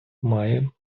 має